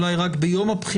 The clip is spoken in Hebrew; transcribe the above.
אולי רק ביום הבחירות.